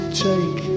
take